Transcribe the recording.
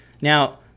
Now